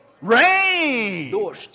Rain